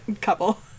couple